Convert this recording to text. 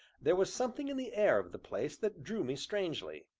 there was something in the air of the place that drew me strangely.